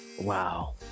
Wow